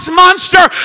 monster